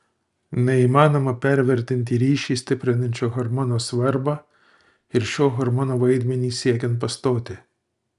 neįmanoma pervertinti ryšį stiprinančio hormono svarbą ir šio hormono vaidmenį siekiant pastoti